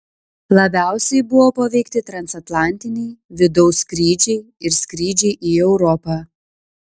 labiausiai buvo paveikti transatlantiniai vidaus skrydžiai ir skrydžiai į europą